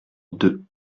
deux